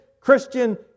Christian